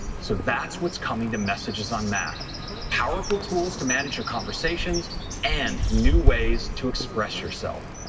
so that's what's coming to messages on mac powerful tools to manage your conversations and new ways to express yourself.